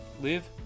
Live